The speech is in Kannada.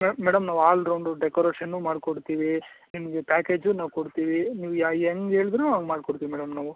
ಮೇ ಮೇಡಮ್ ನಾವು ಆಲ್ ರೌಂಡು ಡೆಕೊರೇಷನು ಮಾಡ್ಕೊಡ್ತೀವಿ ನಿಮಗೆ ಪ್ಯಾಕೇಜೂ ನಾವು ಕೊಡ್ತೀವಿ ನಿಮ್ಗೆ ಯಾ ಹೆಂಗ್ ಹೇಳಿದ್ರೋ ಹಂಗೆ ಮಾಡ್ಕೊಡ್ತೀವಿ ಮೇಡಮ್ ನಾವು